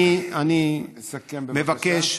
אני מבקש,